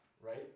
right